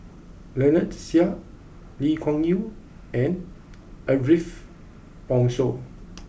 Lynnette Seah Lee Kuan Yew and Ariff Bongso